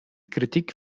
kritik